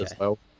okay